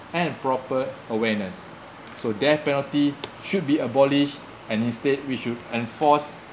and proper awareness so death penalty should be abolished and instead we should enforce